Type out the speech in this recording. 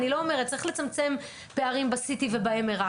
אני לא אומרת; צריך לצמצם פערים ב-CT וב-MRI